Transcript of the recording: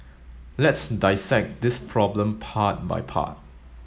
let's dissect this problem part by part